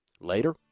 Later